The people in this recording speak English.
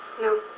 No